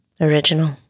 Original